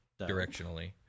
directionally